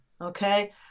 okay